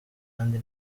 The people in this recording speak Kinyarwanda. kandi